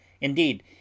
Indeed